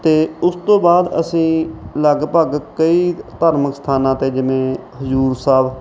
ਅਤੇ ਉਸ ਤੋਂ ਬਾਅਦ ਅਸੀਂ ਲਗਭਗ ਕਈ ਧਰਮਿਕ ਸਥਾਨਾਂ 'ਤੇ ਜਿਵੇਂ ਹਜ਼ੂਰ ਸਾਹਿਬ